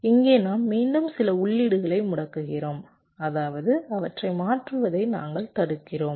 இங்கே நாம் மீண்டும் சில உள்ளீடுகளை முடக்குகிறோம் அதாவது அவற்றை மாற்றுவதை நாங்கள் தடுக்கிறோம்